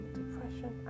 depression